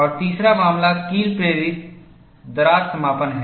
और तीसरा मामला कील प्रेरित दरार समापन है